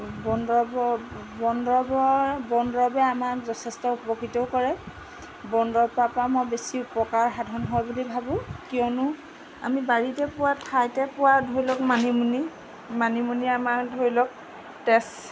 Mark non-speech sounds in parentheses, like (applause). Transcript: বনদৰৱৰ বনদৰৱৰ বনদৰৱে আমাক যথেষ্ট উপকৃতও কৰে বনদৰৱৰপৰা (unintelligible) মই বেছি উপকাৰ সাধন হয় বুলি ভাবোঁ কিয়নো আমি বাৰীতে পোৱা ঠাইতে পোৱা ধৰি লওক মানিমুনি মানিমুনি আমাৰ ধৰি লওক তেজ